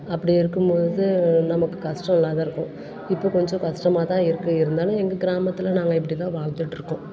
அப்படி இருக்கும்பொழுது நமக்கு கஷ்டம் இல்லாம இருக்கும் இப்போது கொஞ்சம் கஷ்டமா தான் இருக்கு இருந்தாலும் எங்கள் கிராமத்தில் நாங்கள் இப்படி தான் வாழ்ந்துட்டுருக்கோம்